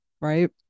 right